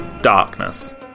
darkness